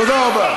תודה רבה.